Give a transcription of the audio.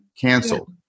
canceled